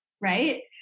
right